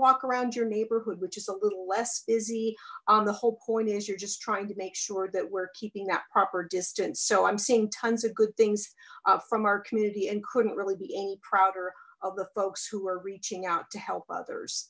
walk around your neighborhood which is a little less busy on the whole point is you're just trying to make sure that we're keeping that proper distance so i'm seeing tons of good things from our community and couldn't really be any prouder of the folks who are reaching out to help others